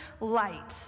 light